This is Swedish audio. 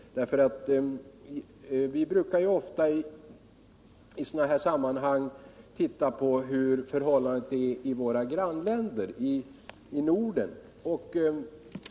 Vi brukar ju när vi diskuterar sådana här frågor se på hur förhållandet är i våra grannländer i Norden.